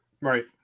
Right